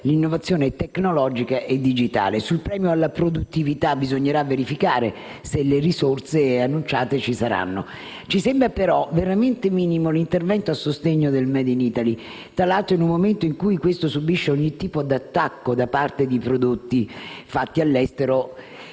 innovazione tecnologica e digitale. Sul premio alla produttività bisognerà verificare se le risorse annunciate ci saranno. Ci sembra, però, veramente minimo l'intervento a sostegno del *made in Italy*, tra l'altro in un momento in cui esso subisce ogni tipo di attacco da parte di prodotti fatti all'estero